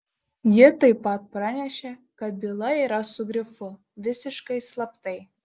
ji taip pat pranešė kad byla yra su grifu visiškai slaptai